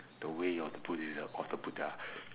the way of the buddhism of the buddha